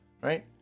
Right